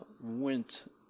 went